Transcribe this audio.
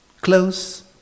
close